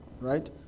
right